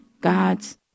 God's